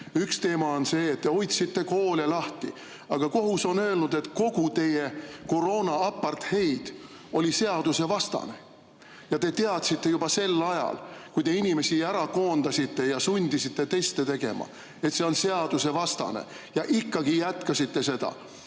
Üks teema on see, et te hoidsite koole lahti, aga kohus on öelnud, et kogu teie koroonaapartheid oli seadusevastane. Ja te teadsite juba sel ajal, kui te inimesi koondasite ja sundisite teste tegema, et see on seadusevastane, ja ikkagi jätkasite seda.